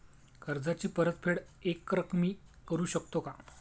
कर्जाची परतफेड एकरकमी करू शकतो का?